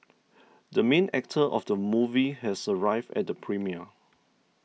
the main actor of the movie has arrived at the premiere